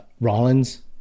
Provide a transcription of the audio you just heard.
Rollins